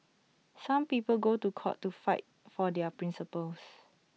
some people go to court to fight for their principles